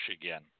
again